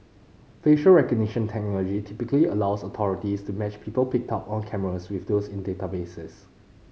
facial recognition technology typically allows authorities to match people picked up on cameras with those in databases